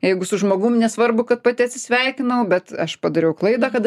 jeigu su žmogum nesvarbu kad pati atsisveikinau bet aš padariau klaidą kad